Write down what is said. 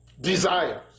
desires